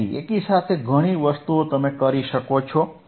તેથી એકી સાથે ઘણી વસ્તુઓ તમે કરી શકો છો